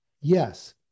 yes